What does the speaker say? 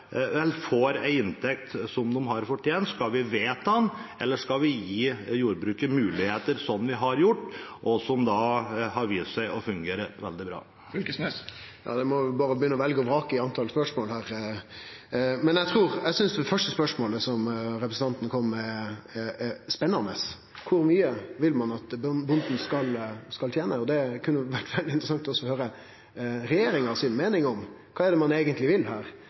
får en inntekt som de har fortjent? Skal vi vedta den, eller skal vi gi jordbruket muligheter, slik som vi har gjort, og som har vist seg å fungere veldig bra? Her må ein berre begynne å velje og vrake i talet på spørsmål. Eg synest det første spørsmålet til representanten er spennande – kor mykje vil ein at bonden skal tene? Det kunne det vore veldig interessant å høyre regjeringa si meining om – kva er det ein eigentleg vil her,